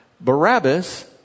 Barabbas